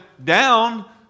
down